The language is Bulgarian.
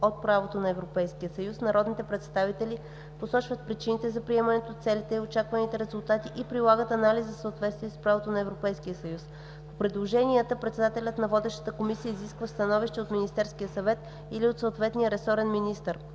от правото на Европейския съюз, народните представители посочват причините за приемането, целите и очакваните резултати и прилагат анализ за съответствие с правото на Европейския съюз. По предложенията председателят на водещата комисия изисква становище от Министерския съвет или от съответния ресорен министър.